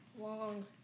Long